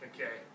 Okay